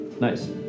Nice